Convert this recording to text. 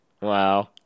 Wow